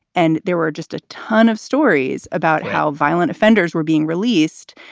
and there were just a ton of stories about how violent offenders were being released.